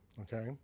Okay